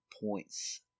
points